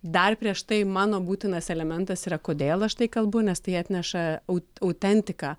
dar prieš tai mano būtinas elementas yra kodėl aš tai kalbu nes tai atneša au autentiką